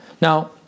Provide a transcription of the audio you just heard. Now